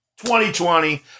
2020